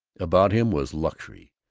about him was luxury,